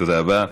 תודה.